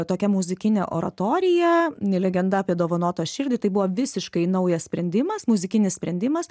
tokia muzikinė oratorija nelegenda apie dovanotą širdį tai buvo visiškai naujas sprendimas muzikinis sprendimas